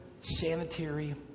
sanitary